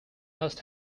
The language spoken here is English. must